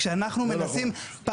כשאנחנו מנסים --- זה נכון.